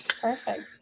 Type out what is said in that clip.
Perfect